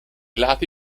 lati